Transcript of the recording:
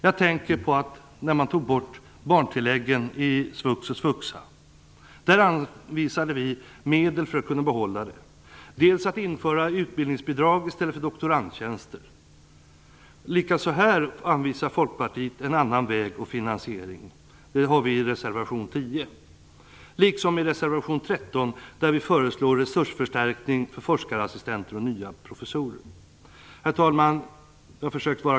Jag tänker då på bortagandet av barntilläggen i svux och svuxa, där vi anvisade medel för att kunna behålla det. Man har infört utbildningsbidrag i stället för doktorandtjänster. Likaså här anvisar Folkpartiet en annan väg och finansiering, vilket redovisas i reservation 10. I reservation 13 föreslår vi resursförstärkning för forskarassistenter och nya professorer. Herr talman! Jag har försökt att fatta mig kort.